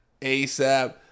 asap